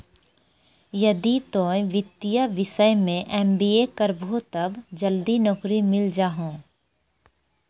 यदि तोय वित्तीय विषय मे एम.बी.ए करभो तब जल्दी नैकरी मिल जाहो